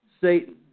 Satan